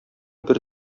бер